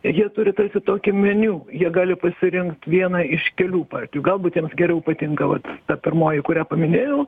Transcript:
jie turi tarsi tokį meniu jie gali pasirinkt vieną iš kelių partijų galbūt jiems geriau patinka vat ta pirmoji kurią paminėjau